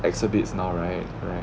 exhibits now right right